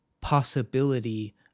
possibility